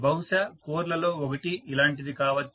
బహుశా కోర్ లలో ఒకటి ఇలాంటిదే కావచ్చు